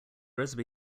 recipe